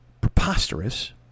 preposterous